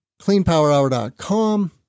cleanpowerhour.com